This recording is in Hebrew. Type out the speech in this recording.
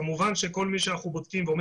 כמובן שכל מי שאנחנו בודקים ועומד